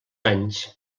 anys